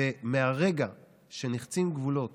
מהרגע שנחצים גבולות